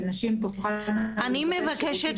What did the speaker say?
ונשים תוכלנה לבקש שירותים --- אני מבקשת